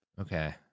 Okay